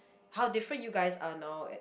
how different you guys are now at